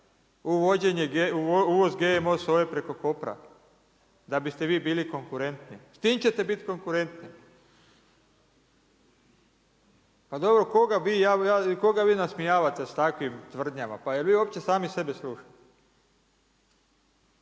uvođenje GMO soje preko Kopra, da bi ste vi bili konkurentni? S tim ćete biti konkurentni. Pa dobro koga vi nasmijavate s takvim tvrdnjama? Pa jel vi uopće same sebe slušate?